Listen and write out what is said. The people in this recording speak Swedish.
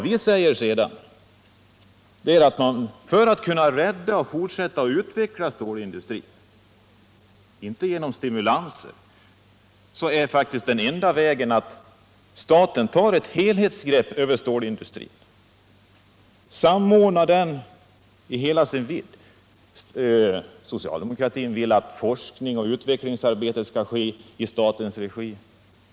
Vi säger att för att rädda stålindustrin och fortsätta att utveckla den krävs inte stimulanser utan att staten tar ett helhetsgrepp över stålindustrin, samordnar den i hela dess vidd. Socialdemokratin vill att forskningsoch utvecklingsarbete skall ske i statens regi.